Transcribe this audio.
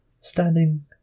standing